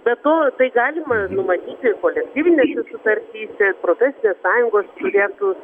be to tai galima numatyti kolektyvinėse sutartyse profesinės sąjungos turėtų